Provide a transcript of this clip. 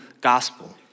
gospel